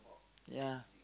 ya